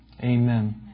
Amen